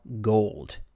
gold